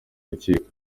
rukiko